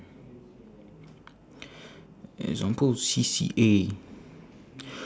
example C_C_A